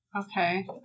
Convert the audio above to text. Okay